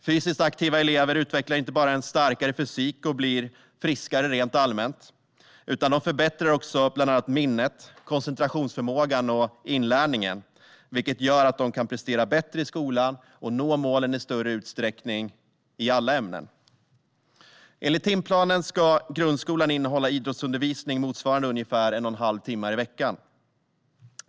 Fysiskt aktiva elever utvecklar inte bara en starkare fysik och blir friskare rent allmänt, utan de förbättrar också bland annat minnet, koncentrationsförmågan och inlärningen, vilket gör att de kan prestera bättre i skolan och i större utsträckning nå målen i alla ämnen. Enligt timplanen ska grundskolan innehålla idrottsundervisning motsvarande ungefär en och en halv timme i veckan.